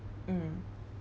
mm